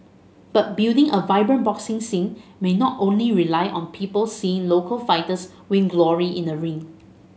but building a vibrant boxing scene may not only rely on people seeing local fighters win glory in the ring